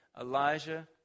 Elijah